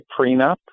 prenup